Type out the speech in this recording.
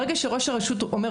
ברגע שראש הרשות אומר,